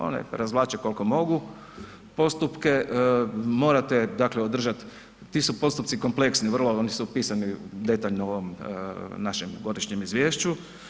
One razvlače koliko mogu postupke, morate dakle održat, ti su postupci kompleksni vrlo, oni su opisani detaljno u ovom našem godišnjem izvješću.